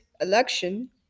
Election